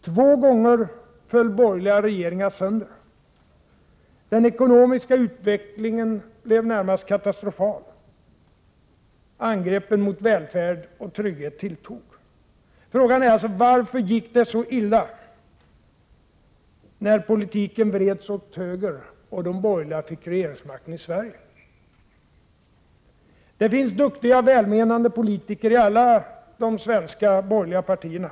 Två gånger föll borgerliga regeringar sönder. Den ekonomiska utvecklingen blev närmast katastrofal. Angreppen mot välfärd och trygghet tilltog. Frågan blir alltså: Varför gick det så illa, när politiken vreds åt höger och de borgerliga fick regeringsmakten i Sverige? Det finns duktiga och välmenande politiker i alla de svenska borgerliga partierna.